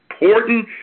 important